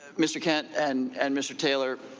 mr. kent and and mr. taylor.